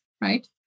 right